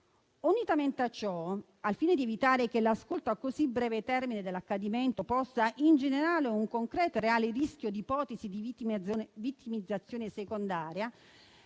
Unitamente a ciò, al fine di evitare che l'ascolto a così breve termine dall'accadimento possa ingenerare un concreto, reale rischio di ipotesi di vittimizzazione secondaria,